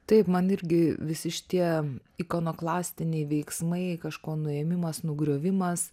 taip man irgi visi šitie ikonoklastinei veiksmai kažko nuėmimas nugriovimas